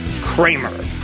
Kramer